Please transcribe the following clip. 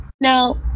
Now